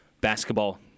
basketball